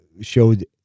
showed